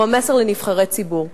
הוא המסר לנבחרי ציבור.